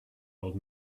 old